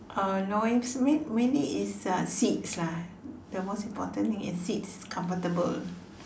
uh no it's mai~ mainly it's uh seats lah the most important thing is seats comfortable